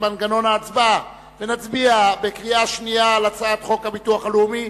מנגנון ההצבעה ונצביע בקריאה שנייה על הצעת חוק הביטוח הלאומי